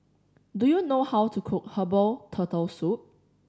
do you know how to cook herbal Turtle Soup